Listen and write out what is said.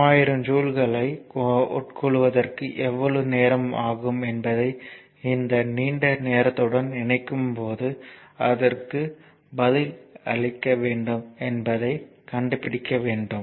30000 ஜூல்களை உட்கொள்வதற்கு எவ்வளவு நேரம் ஆகும் என்பதை இந்த நீண்ட நேரத்துடன் இணைக்கும்போது அதற்கு பதில் அளிக்க வேண்டும் என்பதைக் கண்டுபிடிக்க வேண்டும்